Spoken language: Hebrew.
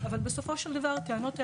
אבל בסופו של דר הטענות האלה,